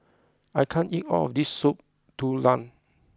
I can't eat all of this Soup Tulang